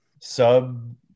sub –